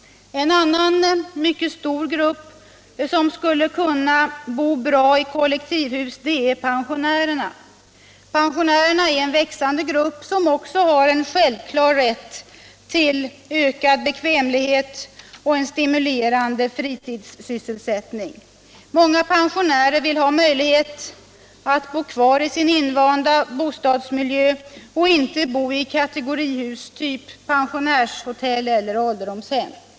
En annan mycket stor grupp, som skulle kunna bo bra i kollektivhus, är pensionärerna. Pensionärerna är en växande grupp som också har en självklar rätt till ökad bekvämlighet och stimulerande fritidssysselsättning. Många pensionärer vill ha möjlighet att bo kvar i sin invanda bostadsmiljö och vill inte bo i kategorihus av typ pensionärshotell eller ålderdomshem.